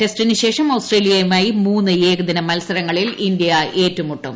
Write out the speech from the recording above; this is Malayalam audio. ടെസ്റ്റിനുശേഷം ഓസ്ട്രേലിയ യുമായി മൂന്ന് ഏകദിന മത്സരങ്ങളിൽ ഇന്ത്യ ഏറ്റുമുട്ടും